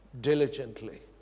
diligently